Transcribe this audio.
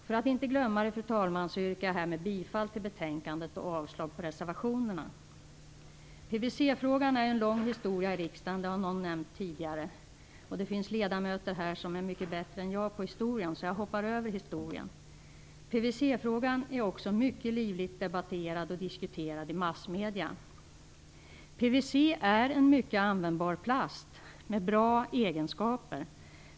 För att inte glömma det, fru talman, yrkar jag härmed bifall till utskottets hemställan och avslag på reservationerna. PVC-frågan har en lång historia i riksdagen. Det har någon nämnt tidigare. Det finns ledamöter här som är mycket bättre på historien, så jag hoppar över den. PVC-frågan är också mycket livligt debatterad och diskuterad i massmedierna. PVC är en mycket användbar plast med bra egenskaper.